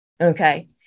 Okay